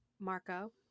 Marco